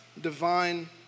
divine